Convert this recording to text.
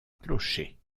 clocher